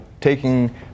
taking